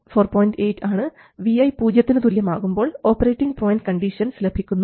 8 ആണ് vi പൂജ്യത്തിന് തുല്യം ആകുമ്പോൾ ഓപ്പറേറ്റിംഗ് പോയൻറ് കണ്ടീഷൻസ് ലഭിക്കുന്നു